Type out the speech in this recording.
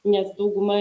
nes dauguma